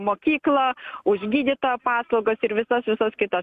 mokyklą už gydytojo paslaugas ir visas visas kitas